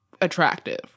attractive